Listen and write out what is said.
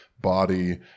body